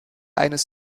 eines